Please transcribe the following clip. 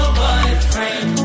boyfriend